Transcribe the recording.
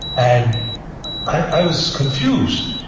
and i was confused.